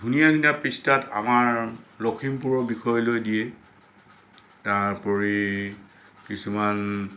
ধুনীয়া ধুনীয়া পৃষ্ঠাত আমাৰ লখিমপুৰৰ বিষয়লৈ দিয়ে তাৰ উপৰিও কিছুমান